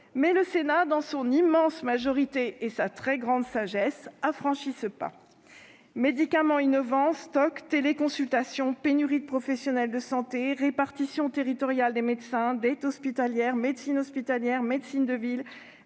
le Sénat, dans son immense majorité et sa très grande sagesse, a franchi ce pas. Médicaments innovants, stocks, téléconsultation, pénurie de professionnels de santé, répartition territoriale des médecins, dette hospitalière, médecine hospitalière, médecine de ville,